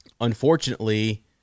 unfortunately